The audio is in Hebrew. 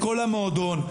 לכל המועדון.